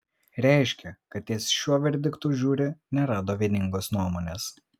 reiškia kad ties šiuo verdiktu žiuri nerado vieningos nuomonės